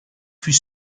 fut